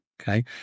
Okay